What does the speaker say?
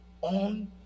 on